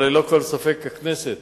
אבל ללא כל ספק הכנסת